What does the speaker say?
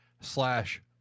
slash